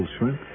shrimp